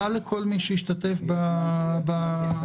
לכל מי שהשתתף במרתון.